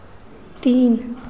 तीन